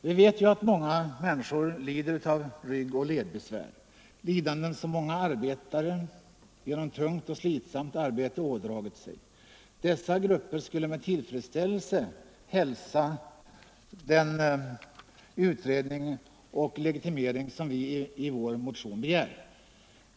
Vi vet ju att många människor lider av ryggoch ledbesvär, lidanden som många genom tungt och slitsamt arbete ådragit sig. Dessa människor skulle med tillfredsställelse hälsa den utredning och legitimering som vi i vår motion begär.